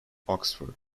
oxford